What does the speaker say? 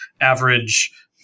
average